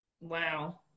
Wow